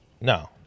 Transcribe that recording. No